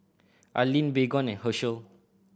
Anlene Baygon and Herschel